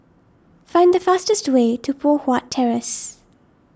find the fastest way to Poh Huat Terrace